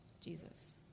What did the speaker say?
Jesus